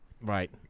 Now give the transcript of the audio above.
right